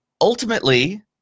Ultimately